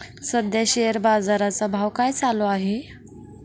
सध्या शेअर बाजारा चा भाव काय चालू आहे?